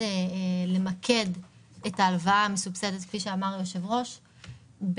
למקד את ההלוואה המסובסדת כפי שאמר היושב-ראש,